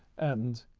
and,